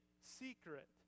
secret